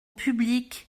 public